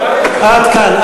עד כאן.